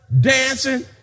dancing